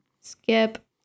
Skip